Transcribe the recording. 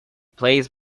placed